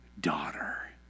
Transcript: daughter